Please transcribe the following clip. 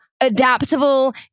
adaptable